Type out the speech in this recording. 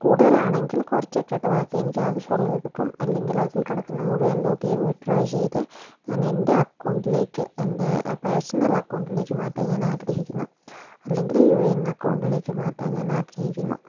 കൂടുതലാണെങ്കിൽ കുറച്ചിട്ടിട്ട് ബാക്കി എനിയ്ക്കാവശ്യമുള്ളത് എടുക്കും അല്ലെങ്കിൽ അതിൽ കിടക്കുന്ന മുഴുവൻ തുകയും വിഡ്രോ ചെയ്ത് ഞാൻ എൻ്റെ അക്കൗണ്ടിലേക്ക് എൻ്റെ പേഴ്സണൽ അക്കൗണ്ടിലേക്ക് മാറ്റാൻ ഞാൻ ആഗ്രഹിയ്ക്കുന്നു അല്ലെങ്കിൽ യൂ യേ യെൻ അക്കൗണ്ടിലേക്ക് മാറ്റാൻ ഞാനാഗ്രഹിക്കുന്നു